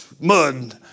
mud